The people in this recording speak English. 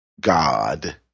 God